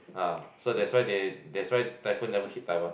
ah so that's why they that's why the typhoon never hit Taiwan